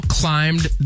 climbed